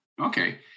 Okay